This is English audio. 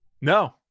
No